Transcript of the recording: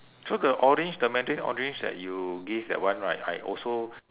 so the orange the mandarin orange that you give that one right I also